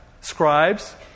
scribes